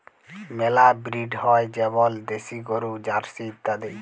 মেলা ব্রিড হ্যয় যেমল দেশি গরু, জার্সি ইত্যাদি